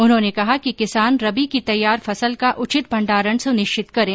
उन्होने कहा कि किसान रबी की तैयार फसल का उचित भण्डारण सुनिश्चित करें